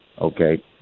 Okay